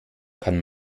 kann